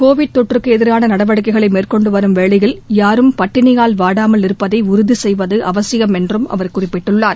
Covid தொற்றுக்கு எதிரான நடவடிக்கைகளை மேற்கொண்டுவரும் வேளையில் யாரும் பட்டினியால் வாடாமல் இருப்பதை உறுதி செய்வது அவசியம் என்றும் அவர் குறிப்பிட்டுள்ளார்